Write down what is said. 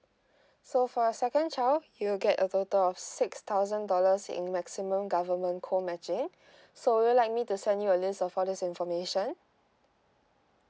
so for a second child you will get a total of six thousand dollars in maximum government co matching so would you like me to send you a list of all this information